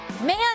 Man